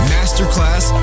Masterclass